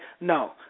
No